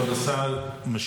כבוד השר משיב,